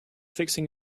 fixing